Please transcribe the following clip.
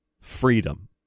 freedom